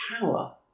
power